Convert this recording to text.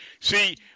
See